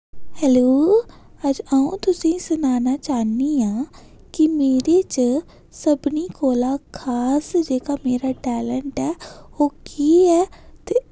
hello अज अ'ऊं तुसेंगी सनाना चाह्ंनी आं कि मेरे च सभनें कोला खास जेह्का मेरा टैलंट ऐ ओह् केह् ऐ ते